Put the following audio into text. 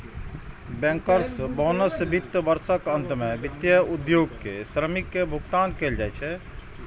bankers bonus वित्त वर्षक अंत मे वित्तीय उद्योग के श्रमिक कें भुगतान कैल जाइ छै